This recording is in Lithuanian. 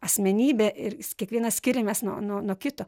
asmenybė ir kiekvienas skiriamės nuo nuo nuo kito